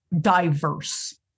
diverse